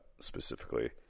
specifically